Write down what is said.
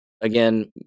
Again